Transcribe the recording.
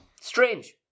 Strange